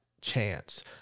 chance